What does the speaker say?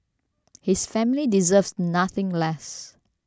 his family deserves nothing less